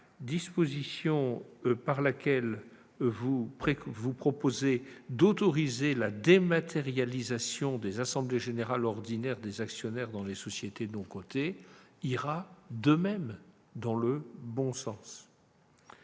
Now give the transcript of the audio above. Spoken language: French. la proposition que vous faites d'autoriser la dématérialisation des assemblées générales ordinaires des actionnaires dans les sociétés non cotées va dans le bon sens.